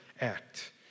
act